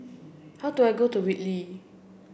how do I get to Whitley